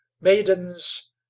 maidens